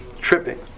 tripping